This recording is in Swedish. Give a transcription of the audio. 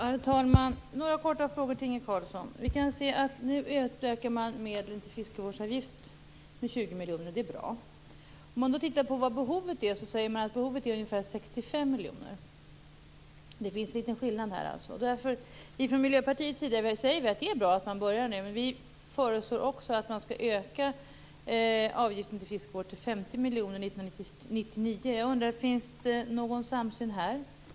Herr talman! Några korta frågor till Inge Carlsson. Nu utökas medlen till fiskevårdsavgift med 20 miljoner. Det är bra. Behovet är ungefär 65 miljoner. Det är en skillnad. Vi i Miljöpartiet anser att det är bra att börja nu. Vi föreslår att avgiften till fiskevård skall ökas till 50 miljoner 1999. Finns det någon samsyn här?